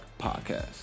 podcast